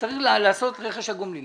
צריך לעשות את רכש הגומלין.